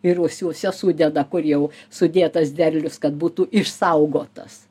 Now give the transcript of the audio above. ir rūsiuose sudeda kur jau sudėtas derlius kad būtų išsaugotas